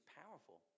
powerful